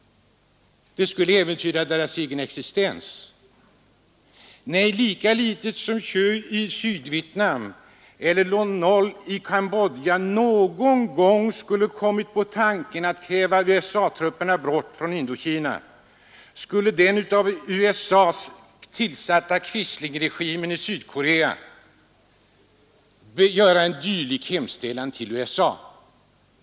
Det skulle äventyra dess egen existens. Nej, lika litet som Thieu i Sydvietnam eller Lon-Nol i Cambodja någon gång skulle ha kommit på tanken att kräva att USA-trupperna dras bort från Indokina, skulle den av USA tillsatta quislingregimen i Sydkorea göra en dylik hemställan till USA.